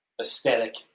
Aesthetic